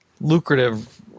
Lucrative